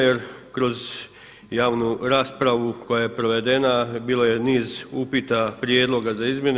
Jer kroz javnu raspravu koja je provedena bilo je niz upita, prijedloga za izmjene.